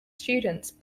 students